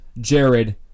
Jared